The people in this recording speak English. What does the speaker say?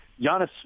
Giannis